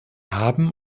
haben